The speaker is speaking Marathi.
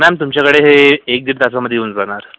मॅम तुमच्याकडे हे एक दीड तासामध्ये येऊन जाणार